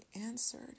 answered